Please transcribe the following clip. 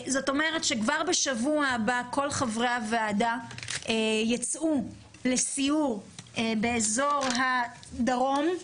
זאת אומרת שכבר בשבוע הבא כל חברי הוועדה יצאו לסיור באזור הדרום,